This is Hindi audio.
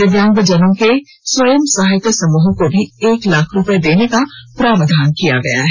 दिव्यांग जनों के स्वंय सहायता समूहों को भी एक लाख रूपये देने का प्रावधान किया गया है